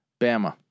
Bama